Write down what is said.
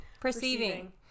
Perceiving